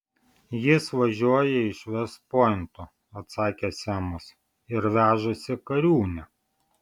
jis važiuoja iš vest pointo atsakė semas ir vežasi kariūnę